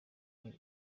muri